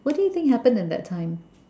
what do you think happened in that time